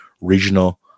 regional